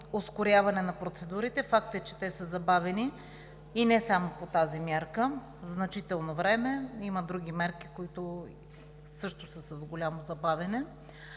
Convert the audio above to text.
ускоряване на процедурите. Факт е, че те са забавени, и не само по тази мярка. Със значително време има и при други мерки, които също са с голямо забавяне.